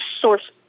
source